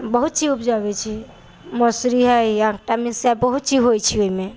बहुत चीज उपजबै छी मोसरी है बहुत चीज होइ छै ओहिमे